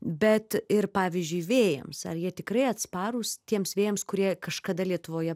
bet ir pavyzdžiui vėjams ar jie tikrai atsparūs tiems vėjams kurie kažkada lietuvoje